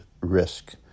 risk